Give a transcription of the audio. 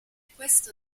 questo